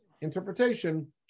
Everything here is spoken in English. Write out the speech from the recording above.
interpretation